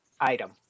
item